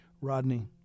Rodney